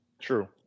true